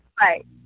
Right